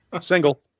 Single